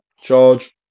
charge